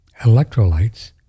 electrolytes